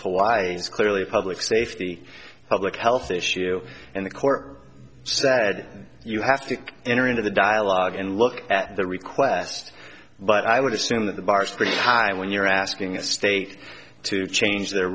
hawaii is clearly a public safety public health issue and the court sad you have to enter into the dialogue and look at the request but i would assume that the bars the time when you're asking a state to change their